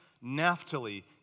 Naphtali